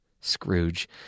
Scrooge